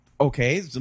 Okay